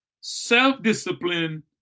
self-discipline